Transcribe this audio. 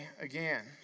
again